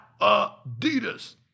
Adidas